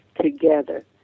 together